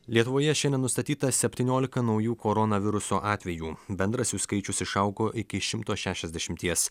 lietuvoje šiandien nustatyta septyniolika naujų koronaviruso atvejų bendras jų skaičius išaugo iki šimto šešiasdešimties